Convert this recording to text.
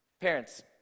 Parents